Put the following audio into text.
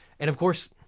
and of course,